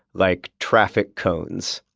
like, traffic cones?